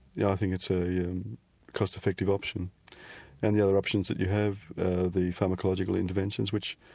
yeah think it's a yeah cost effective option and the other options that you have, ah the pharmacological interventions which